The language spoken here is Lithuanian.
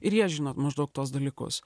ir jie žino maždaug tuos dalykus